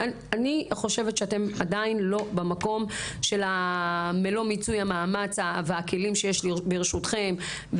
אני חושבת שאתם עדיין לא במקום של מלוא מיצוי המאמץ והכלים שיש ברשותכם,